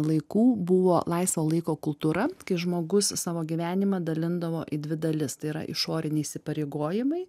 laikų buvo laisvo laiko kultūra kai žmogus savo gyvenimą dalindavo į dvi dalis tai yra išoriniai įsipareigojimai